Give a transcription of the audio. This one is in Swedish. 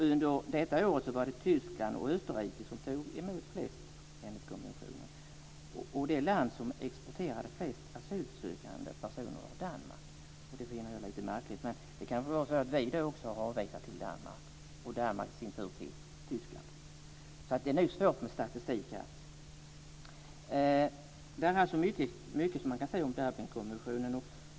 Under det här året var det Tyskland och Österrike som tog emot flest enligt konventionen. Det land som exporterade flest asylsökande personer var Danmark. Det finner jag lite märkligt, men det var kanske så att vi avvisade till Danmark och Danmark i sin tur till Tyskland. Det är nog svårt med statistiken här. Det finns mycket att säga om Dublinkonventionen.